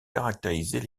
caractériser